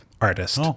artist